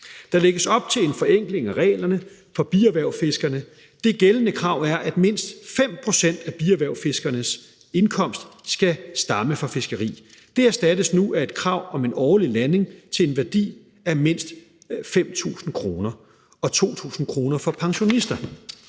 Der lægges op til en forenkling af reglerne for bierhvervsfiskerne. Det gældende krav er, at mindst 5 pct. af bierhvervsfiskernes indkomst skal stamme fra fiskeri. Det erstattes nu af et krav om en årlig landing til en værdi af mindst 5.000 kr. og 2.000 kr. for pensionister.